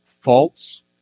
False